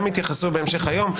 גם יתייחסו בהמשך היום.